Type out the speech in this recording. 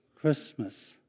Christmas